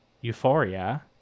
euphoria